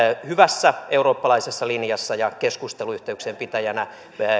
hyvässä eurooppalaisessa linjassa ja keskusteluyhteyksien pitäjänä